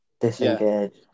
disengaged